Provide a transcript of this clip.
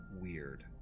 weird